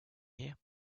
here